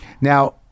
Now